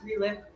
relive